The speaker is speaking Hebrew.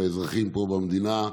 האזרחים פה במדינה,